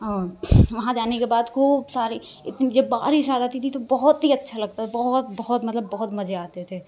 वो वहाँ जाने के बाद खूब सारे इतनी जब बारिश आ जाती थी तो बहुत ही अच्छा लगता था बहुत बहुत मतलब बहुत ही मज़े आते थे